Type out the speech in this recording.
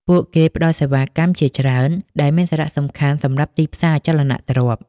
ពួកគេផ្តល់សេវាកម្មជាច្រើន ដែលមានសារៈសំខាន់សម្រាប់ទីផ្សារអចលនទ្រព្យ។